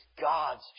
God's